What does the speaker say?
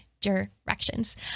directions